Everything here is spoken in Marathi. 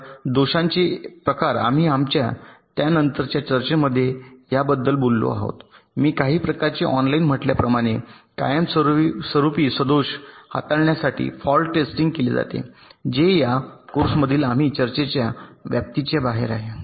तर दोषांचे प्रकार आम्ही आमच्या त्यानंतरच्या चर्चेमध्ये याबद्दल बोललो आहोत मी काही प्रकारचे ऑनलाइन म्हटल्याप्रमाणे कायमस्वरूपी सदोष हाताळण्यासाठी फॉल्ट टेस्टिंग केले जाते जे या कोर्समधील आमच्या चर्चेच्या व्याप्तीच्या बाहेर आहे